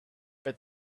but